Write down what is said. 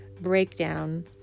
breakdown